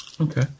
Okay